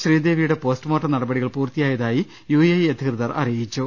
ശ്രീദേവിയുടെ പോസ്റ്റ്മോർട്ടം നടപടികൾ പൂർത്തിയാ യതായി യുഎഇ അധികൃതർ അറിയിച്ചു